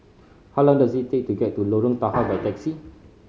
how long does it take to get to Lorong Tahar by taxi